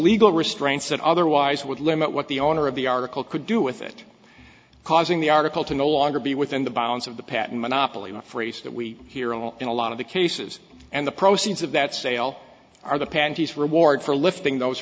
legal restraints that otherwise would limit what the owner of the article could do with it causing the article to no longer be within the bounds of the patent monopoly phrase that we hear a lot in a lot of the cases and the proceeds of that sale are the panties reward for lifting those